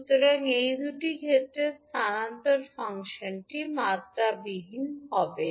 সুতরাং এই দুটি ক্ষেত্রে স্থানান্তর ফাংশনটি মাত্রাবিহীন হবে